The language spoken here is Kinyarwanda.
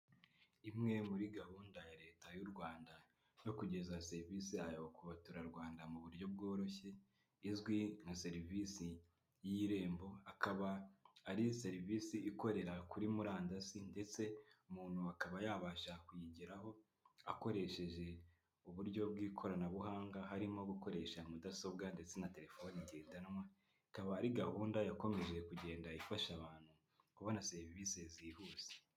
Imwe muri gahunda ya Leta y'u Rwanda yo kugeza serivisi yayo ku baturarwanda mu buryo bworoshye, izwi nka serivisi y'irembo. Akaba ari serivisi ikorera kuri murandasi ndetse umuntu akaba yabasha kuyigeraho akoresheje uburyo bw'ikoranabuhanga harimo gukoresha mudasobwa ndetse na telefoni ngendanwa, ikaba ari gahunda yakomeje kugenda ifasha abantu kubona serivisi zihuse.